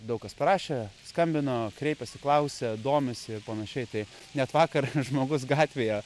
daug kas parašė skambino kreipėsi klausė domisi ir panašiai tai net vakar žmogus gatvėje